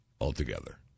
altogether